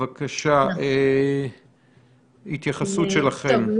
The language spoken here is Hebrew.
בבקשה, התייחסות שלכם.